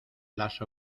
las